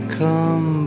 come